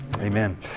Amen